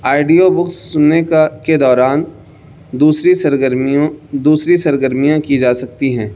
audio books سننے کا کے دوران دوسری سرگرمیوں دوسری سرگرمیاں کی جا سکتی ہیں